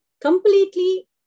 completely